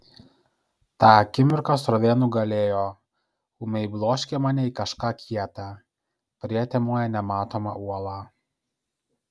tą akimirką srovė nugalėjo ūmiai bloškė mane į kažką kieta prietemoje nematomą uolą